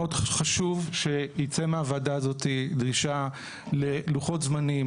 מאוד חשוב שייצא מהוועדה הזאת דרישה ללוחות זמנים,